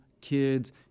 kids